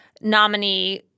nominee